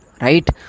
right